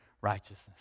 righteousness